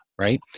Right